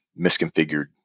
misconfigured